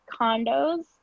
condos